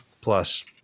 plus